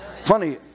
Funny